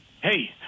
Hey